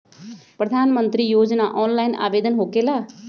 प्रधानमंत्री योजना ऑनलाइन आवेदन होकेला?